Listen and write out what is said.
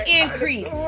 increase